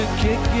kick